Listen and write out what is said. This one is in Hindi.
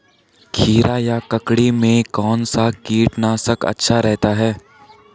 खीरा या ककड़ी में कौन सा कीटनाशक अच्छा रहता है?